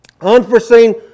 Unforeseen